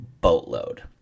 boatload